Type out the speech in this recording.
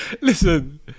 Listen